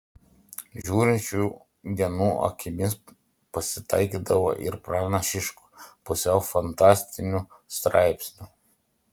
žiūrint šių dienų akimis pasitaikydavo ir pranašiškų pusiau fantastinių straipsnių